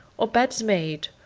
or beds made,